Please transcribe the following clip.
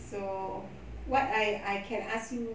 so what I I can ask you